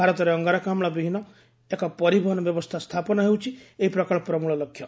ଭାରତରେ ଅଙ୍ଗାରକାମ୍କ ବିହୀନ ଏକ ପରିବହନ ବ୍ୟବସ୍ଥା ସ୍ଥାପନ ହେଉଛି ଏହି ପ୍ରକଳ୍ପର ମଳଲକ୍ଷ୍ୟ